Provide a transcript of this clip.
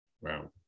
Wow